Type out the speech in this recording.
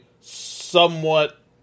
somewhat